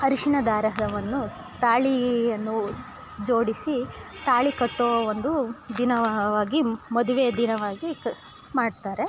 ಅರಿಶಿಣ ದಾರವನ್ನು ತಾಳಿಯನ್ನು ಜೋಡಿಸಿ ತಾಳಿ ಕಟ್ಟೊ ಒಂದು ದಿನವಾಗಿ ಮದುವೆಯ ದಿನವಾಗಿ ಕ ಮಾಡ್ತಾರೆ